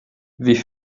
wie